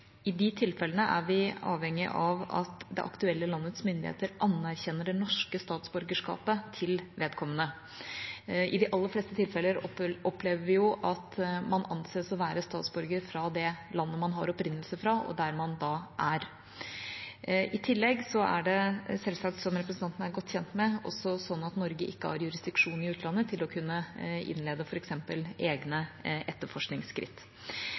I de tilfellene er vi avhengig av at det aktuelle landets myndigheter anerkjenner det norske statsborgerskapet til vedkommende. I de aller fleste tilfeller opplever vi at man anses å være statsborger i det landet man har opprinnelse fra, og der man da er. I tillegg er det, som representanten er godt kjent med, selvsagt også sånn at Norge ikke har jurisdiksjon i utlandet til å kunne innlede f.eks. egne etterforskningsskritt.